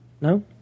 No